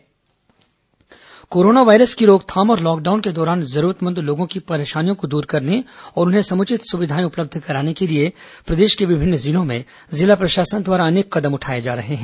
corona जिला corona virus की रोकथाम और लॉकडाउन के दौरान जरूरतमंद लोगों की परेशानियों को दूर करने और उन्हें समुचित सुविधाएं उपलब्ध कराने के लिए प्रदेश के विभिन्न जिलों में जिला प्रशासन द्वारा अनेक कदम उठाए जा रहे हैं